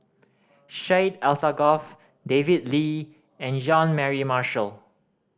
Syed Alsagoff David Lee and John Mary Marshall